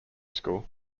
school